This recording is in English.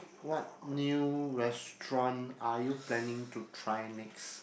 what new restaurant are you planning to try next